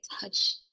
touch